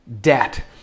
debt